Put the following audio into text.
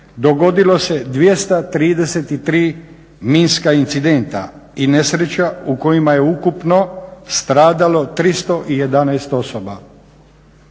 dogodilo se 233 minska incidenta i nesreća u kojima je ukupno stradalo 311 osoba.